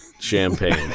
champagne